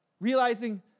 realizing